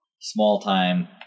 small-time